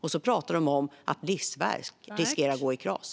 Sedan pratar de om att livsverk riskerar att gå i kras!